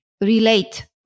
relate